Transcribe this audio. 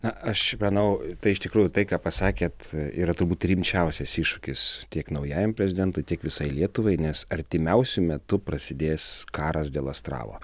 na aš manau tai iš tikrųjų tai ką pasakėt yra turbūt rimčiausias iššūkis tiek naujajam prezidentui tiek visai lietuvai nes artimiausiu metu prasidės karas dėl astravo